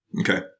Okay